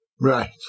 right